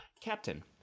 Captain